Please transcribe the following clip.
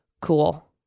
cool